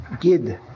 Gid